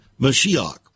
Mashiach